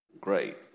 Great